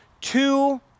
two